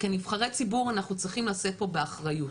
כנבחרי ציבור אנחנו צריכים לשאת פה באחריות